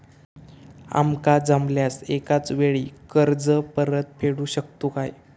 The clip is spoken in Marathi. आमका जमल्यास एकाच वेळी कर्ज परत फेडू शकतू काय?